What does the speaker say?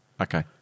Okay